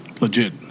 legit